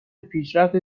پیشرفت